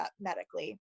medically